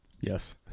Yes